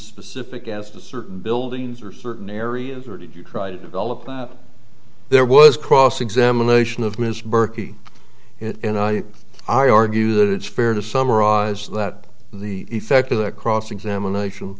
specific as to certain buildings or certain areas or did you try to develop there was cross examination of ms burkey i argue that it's fair to summarize that the effect of the cross examination